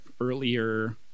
earlier